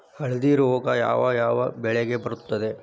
ಹಳದಿ ರೋಗ ಯಾವ ಯಾವ ಬೆಳೆಗೆ ಬರುತ್ತದೆ?